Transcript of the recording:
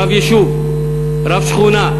רב יישוב, רב שכונה,